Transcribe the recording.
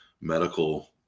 medical